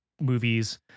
movies